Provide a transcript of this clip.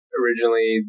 originally